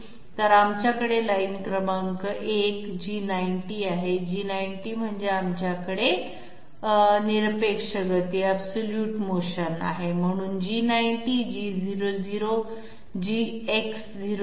तर आमच्याकडे लाइन क्रमांक 1 G90 आहे G90 म्हणजे आमच्याकडे निरपेक्ष गती अब्सोलुटे मोशन आहे म्हणून G90 G00 X00